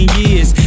years